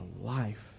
life